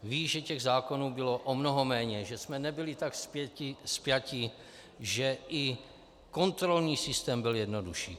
Ví, že těch zákonů bylo o mnoho méně, že jsme nebyli tak spjati, že i kontrolní systém byl jednodušší.